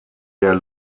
der